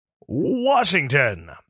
Washington